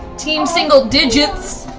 team single digits!